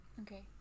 Okay